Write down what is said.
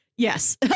Yes